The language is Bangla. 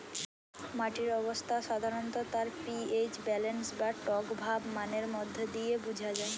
মাটির অবস্থা সাধারণত তার পি.এইচ ব্যালেন্স বা টকভাব মানের মধ্যে দিয়ে বুঝা যায়